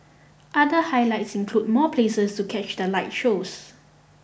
other highlights include more places to catch the light shows